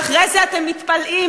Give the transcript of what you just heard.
ואחרי זה אתם מתפלאים,